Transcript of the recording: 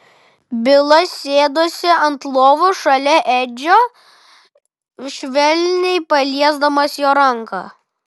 bilas sėdosi ant lovos šalia edžio švelniai paliesdamas jo ranką